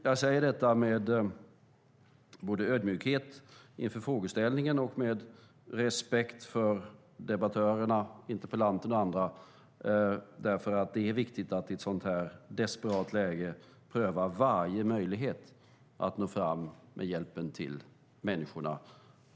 Jag säger detta med både ödmjukhet inför frågeställningen och med respekt för interpellanten och andra debattörer därför att det är viktigt att i ett sådant här desperat läge pröva varje möjlighet att nå fram med hjälpen till människorna.